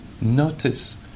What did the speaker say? notice